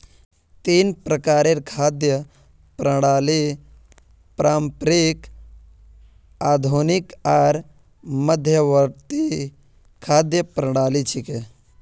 तीन प्रकारेर खाद्य प्रणालि पारंपरिक, आधुनिक आर मध्यवर्ती खाद्य प्रणालि छिके